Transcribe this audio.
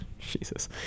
Jesus